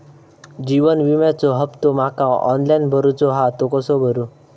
जीवन विम्याचो हफ्तो माका ऑनलाइन भरूचो हा तो कसो भरू?